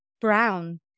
brown